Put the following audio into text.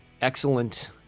Excellent